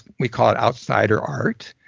we call it outsider art.